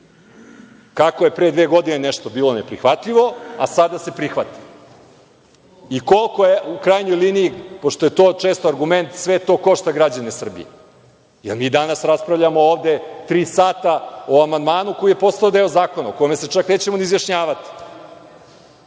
Kako je pre dve godine nešto bilo neprihvatljivo, a sada se prihvata? I, koliko, u krajnjoj liniji, pošto je to često argument, sve to košta građane Srbije, jer mi danas raspravljamo ovde tri sata o amandmanu koji je postao deo zakona, o kome se čak nećemo ni izjašnjavati,